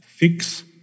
Fix